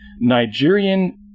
Nigerian